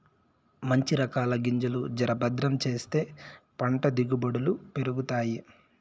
మంచి రకాల గింజలు జర భద్రం చేస్తే పంట దిగుబడులు పెరుగుతాయి